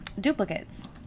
duplicates